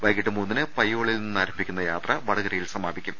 വൈകിട്ട് മൂന്നിന് പയ്യോളിയിൽ നിന്നാരംഭിക്കുന്ന യാത്ര വടകരയിൽ സമാ പിക്കും